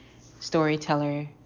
storyteller